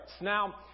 Now